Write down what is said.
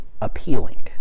appealing